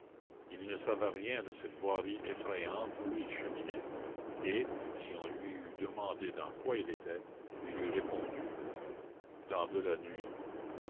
il ne savait rien de cette voirie effrayante où il cheminait et si on lui eût demandé dans quoi il était il eût répondu dans de la nuit